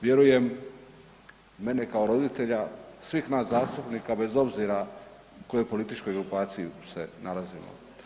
Vjerujem, mene kao roditelja svih nas zastupnika bez obzira kojoj političkoj grupaciji se nalazimo.